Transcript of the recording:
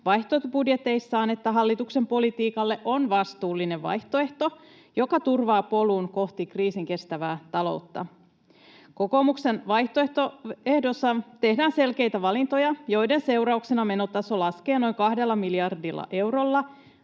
vaihtoehtobudjeteissaan, että hallituksen politiikalle on vastuullinen vaihtoehto, joka turvaa polun kohti kriisinkestävää ta-loutta. Kokoomuksen vaihtoehdossa tehdään selkeitä valintoja, joiden seurauksena menotaso laskee noin kahdella miljardilla eurolla,